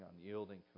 unyielding